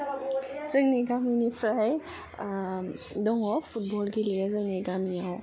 जोंनि गामि निफ्राय दङ फुटब'ल गेलेयो जोंनि गामियाव